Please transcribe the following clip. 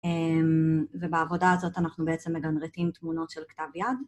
ובעבודה הזאת אנחנו בעצם מגנריתים תמונות של כתב יד.